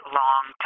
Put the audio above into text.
long